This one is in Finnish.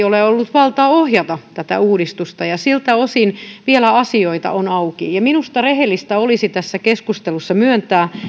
ole ollut valtaa ohjata tätä uudistusta ja siltä osin vielä asioita on auki minusta rehellistä olisi tässä keskustelussa myöntää